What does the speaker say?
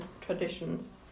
traditions